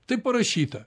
taip parašyta